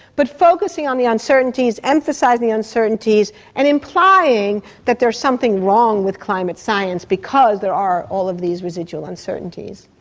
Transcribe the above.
but focusing on the uncertainties, emphasising the uncertainties and implying that there's something wrong with climate science, because there are all of these residual uncertainties.